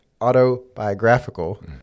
autobiographical